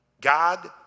God